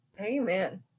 Amen